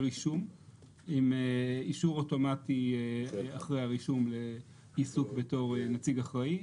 רישום עם אישור אוטומטי אחרי הרישום לעיסוק בתור נציג אחראי,